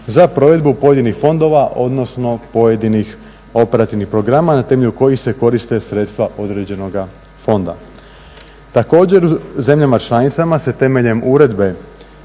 za provedbu pojedinih fondova odnosno pojedinih operativnih programa na temelju kojih se koriste sredstva određenoga fonda. Također u zemljama članicama se temeljem Uredbe